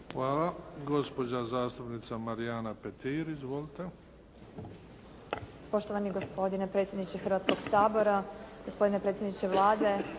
Hvala. Gospođa zastupnica Marijana Petir. Izvolite.